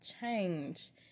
change